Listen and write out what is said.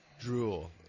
drool